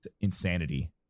insanity